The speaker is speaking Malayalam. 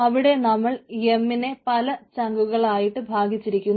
അവിടെ നമ്മൾ എംമിനെ പല ചങ്കുകളായിട്ടാണ് ഭാഗിച്ചിരിക്കുന്നത്